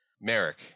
Merrick